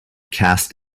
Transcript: cast